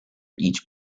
each